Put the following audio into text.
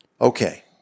Okay